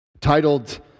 titled